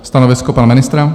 Stanovisko pana ministra?